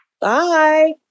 bye